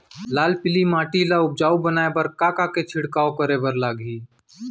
लाल पीली माटी ला उपजाऊ बनाए बर का का के छिड़काव करे बर लागही?